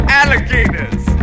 alligators